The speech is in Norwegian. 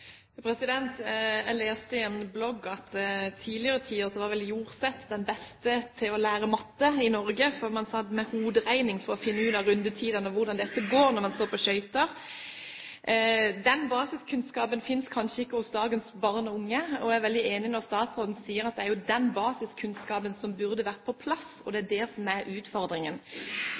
den beste til å lære bort matte i Norge, for man satt med hoderegning for å finne ut av rundetidene og hvordan det gikk når man sto på skøyter. Den basiskunnskapen finnes kanskje ikke hos dagens barn og unge. Jeg er veldig enig når statsråden sier at det er den basiskunnskapen som burde vært på plass, og det er det som er utfordringen.